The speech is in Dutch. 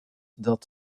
dat